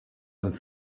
and